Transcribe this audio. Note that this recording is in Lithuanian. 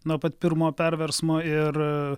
nuo pat pirmo perversmo ir